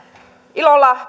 ilolla